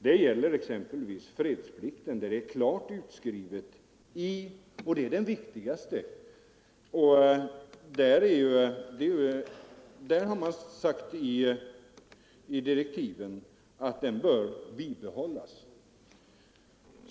Det gäller exempelvis i fråga om fredsplikten — den viktigaste biten — där det i direktiven är klart utskrivet att den bör bibehållas.